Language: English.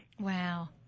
Wow